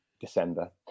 December